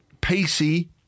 pacey